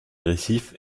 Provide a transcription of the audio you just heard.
récifs